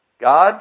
God